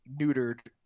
neutered